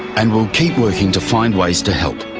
and we'll keep working to find ways to help,